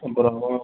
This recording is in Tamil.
அப்புறம் மோ